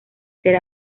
ser